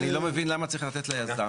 אני לא מבין למה צריך לתת ליזם,